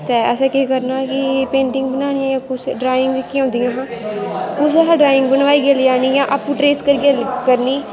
ते असें केह् करना कि पेंटिंग बनानी ड्राइंग जेह्की होंदियां हां कुसै शा ड्राइंग बनाइयै लेआनी ऐ आपूं ट्रेस करियै लेआनी